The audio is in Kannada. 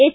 ಎಚ್